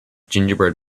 gingerbread